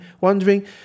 wondering